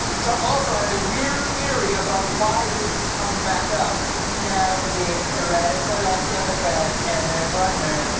trump also has a weird theory about why this is coming back up now the ah radical left democrats and their partner,